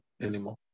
anymore